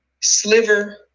Sliver